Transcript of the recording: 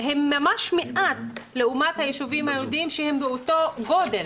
הם ממש מועטים לעומת היישובים היהודיים שהם באותו גודל.